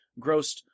grossed